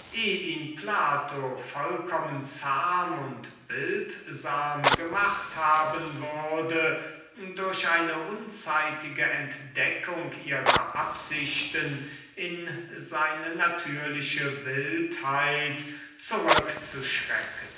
plato vollkommen zahm und bildsam gemacht haben würde durch eine unzeitige entdeckung ihrer absichten in seine natürliche wildheit